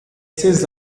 ces